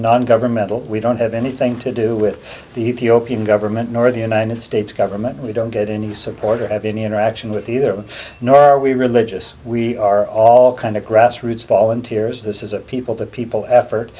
non governmental we don't have anything to do with the ethiopian government nor the united states government we don't get any support or any interaction with either nor are we religious we are all kind of grassroots volunteers this is a people to people effort